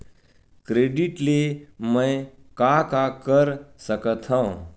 Credit ले मैं का का कर सकत हंव?